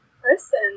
person